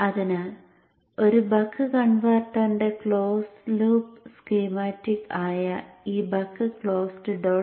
അതിനാൽ ഒരു ബക്ക് കൺവെർട്ടറിന്റെ ക്ലോസ് ലൂപ്പ് സ്കീമാറ്റിക് ആയ ഈ buck closed